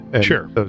Sure